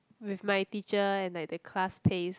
with my teacher and like the class pace